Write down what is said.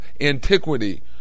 antiquity